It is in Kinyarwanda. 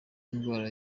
indwara